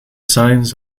signs